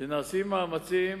שנעשים מאמצים